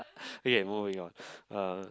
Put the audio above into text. okay moving on uh